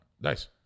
Nice